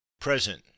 Present